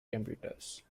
computers